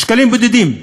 שקלים בודדים.